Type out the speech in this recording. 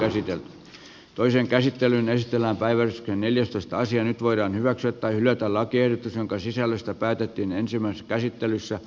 esitän toisen käsittelyn ystävänpäivä on neljästoista sija nyt voidaan hyväksyä tai hylätä lakiehdotus jonka sisällöstä päätettiin ensimmäisessä käsittelyssä